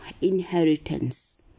inheritance